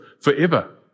forever